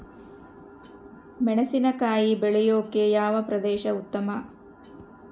ಮೆಣಸಿನಕಾಯಿ ಬೆಳೆಯೊಕೆ ಯಾವ ಪ್ರದೇಶ ಉತ್ತಮ?